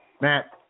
Matt